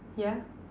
yeah